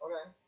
Okay